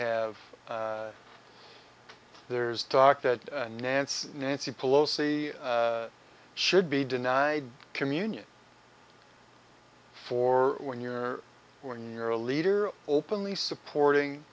have there is talk that nancy nancy pelosi should be denied communion for when you're when you're a leader openly supporting